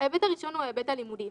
ההיבט הראשון הוא ההיבט הלימודי.